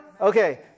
Okay